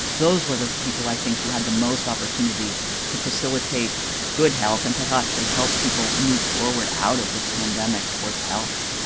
those were the people i think who had the most opportunity to facilitate good health and to actually help people move forward out of this pandemic towards health